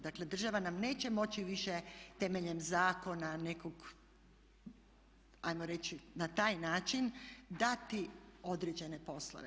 Dakle, država nam neće moći više temeljem zakona nekog ajmo reći na taj način dati određene poslove.